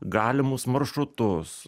galimus maršrutus